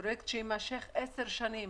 זה פרויקט שיימשך 10 שנים.